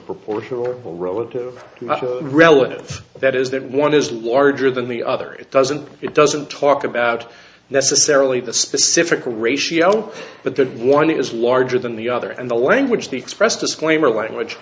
proportional relative relative that is that one is larger than the other it doesn't it doesn't talk about necessarily the specific ratio but that one is larger than the other and the language to express disclaimer language